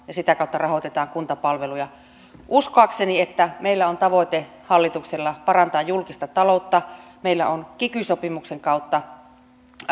sitä kautta rahoitetaan kuntapalveluja uskoakseni meillä on tavoite hallituksella parantaa julkista taloutta meillä on kiky sopimuksen kautta